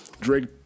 Drake